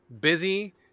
busy